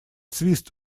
свист